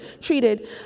treated